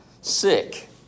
sick